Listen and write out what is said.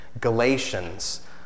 Galatians